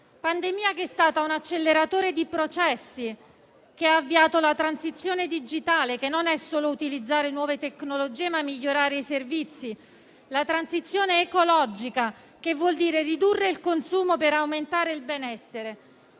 parlava, che è stata un acceleratore di processi e ha avviato la transizione digitale (che non è solo utilizzare nuove tecnologie, ma migliorare i servizi), la transizione ecologica (che vuol dire ridurre il consumo per aumentare il benessere)